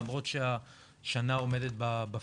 למרות שהשנה עומדת בפתח.